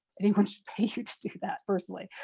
anyone should pay you to do that, personally.